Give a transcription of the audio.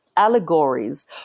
Allegories